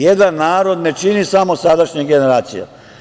Jedan narod ne čini samo sadašnja generacija.